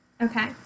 Okay